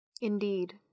Indeed